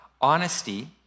Honesty